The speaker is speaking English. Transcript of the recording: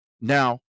now